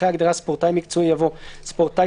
אחרי ההגדרה "ספורטאי מקצועי" יבוא:"ספורטאי